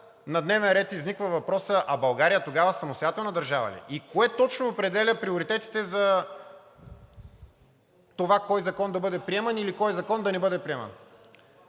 на дневен ред изниква въпросът: а България тогава самостоятелна държава ли е? И кое точно определя приоритетите за това кой закон да бъде приеман или кой закон да не бъде приеман?